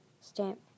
stamp